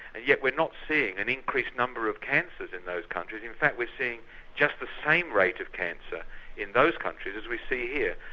yet we're not seeing an increased number of cancers in those countries, in fact we're seeing just the same rate of cancer in those countries as we see here.